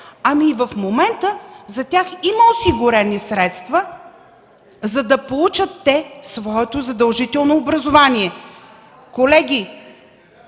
В момента за тях има осигурени средства, за да получат своето задължително образование. Колеги,